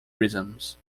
reasons